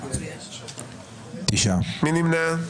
מי נמנע?